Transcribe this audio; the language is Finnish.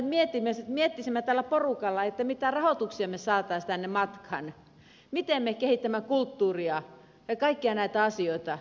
me miettisimme täällä porukalla mitä rahoituksia me saisimme tänne matkaan miten me kehitämme kulttuuria ja kaikkia näitä asioita